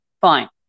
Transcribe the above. Fine